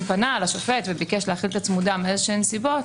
פנה לשופט וביקש להחיל את הצמודה מאיזה שהן צמודות,